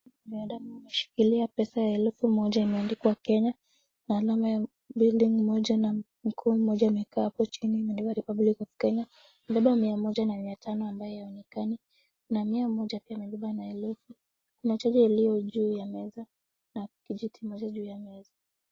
Binadamu ameshikilia pesa ya elfu moja imeandikwa Kenya, na alama ya building moja na mkuu mmoja amekaa hapo chini, imeandikwa republic of Kenya amebeba mia moja na mia tano ambayo haionekani na mia moja pia amebeba na elfu, kuna chaja iliyo juu ya meza na kijiti moja juu ya meza.